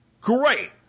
Great